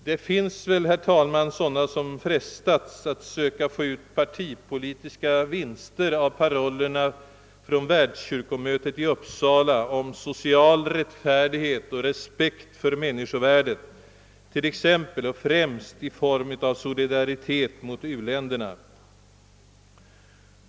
Det finns väl, herr talman, sådana som frestats att söka få ut partipolitiska vinster av parollerna från världskyrkomötet i Uppsala om social rättfärdighet och respekt för människovärdet, exempelvis och främst i form av solidaritet mot u-länderna.